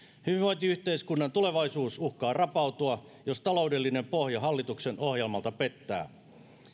hyvinvointiyhteiskunnan tulevaisuus uhkaa rapautua jos taloudellinen pohja hallituksen ohjelmalta pettää